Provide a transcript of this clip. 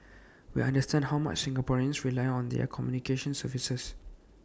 we understand how much Singaporeans rely on their communications services